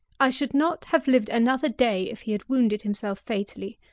i should not have lived another day if he had wounded himself fatally.